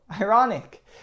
ironic